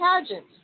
pageant